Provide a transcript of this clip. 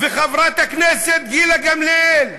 וחברת הכנסת גילה גמליאל,